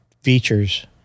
features